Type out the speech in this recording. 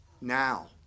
Now